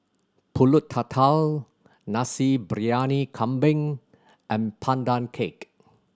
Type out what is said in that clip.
Pulut Tatal Nasi Briyani Kambing and Pandan Cake